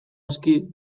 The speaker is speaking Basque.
aski